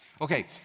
Okay